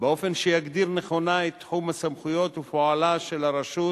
באופן שיגדיר נכונה את תחום סמכויותיה ופועלה של הרשות,